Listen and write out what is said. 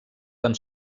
van